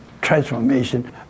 Transformation